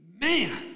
Man